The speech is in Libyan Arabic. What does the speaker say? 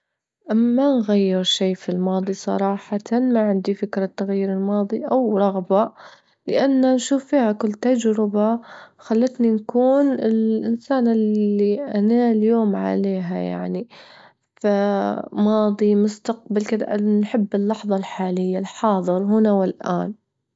ما نغير شي في الماضي صراحة، ما عندي فكرة تغيير الماضي أو رغبة، لأن نشوف فيها كل تجربة خلتني نكون الإنسانة اللي أنا اليوم عليها يعني، فماضي، مستقبل كدا، نحب اللحظة الحالية الحاضر هنا والآن.